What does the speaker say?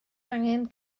angen